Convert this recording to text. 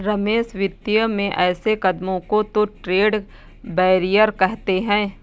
रमेश वित्तीय में ऐसे कदमों को तो ट्रेड बैरियर कहते हैं